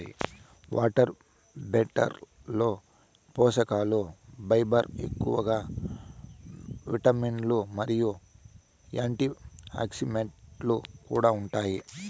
water చెస్ట్నట్లలో పోషకలు fibre ఎక్కువ, విటమిన్లు మరియు యాంటీఆక్సిడెంట్లు కూడా ఉంటాయి